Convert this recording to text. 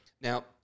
Now